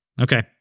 Okay